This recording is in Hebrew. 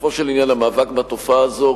בסופו של עניין המאבק בתופעה הזו,